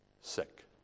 sick